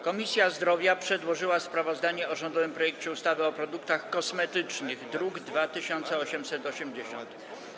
Komisja Zdrowia przedłożyła sprawozdanie o rządowym projekcie ustawy o produktach kosmetycznych, druk nr 2880.